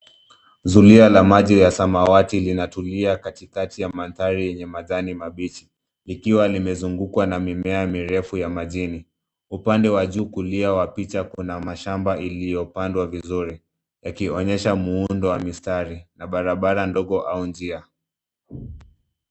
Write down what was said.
Zulia la maji ya samawati linatulia katikati ya mandhari yenye majani mabichi likiwa limezungukwa na mimea mirefu ya majini upande wa juu kulia wa picha kuna mashamba iliopandwa vizuri yakionyesha muundo wa mstari wa barabara au njia